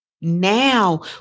now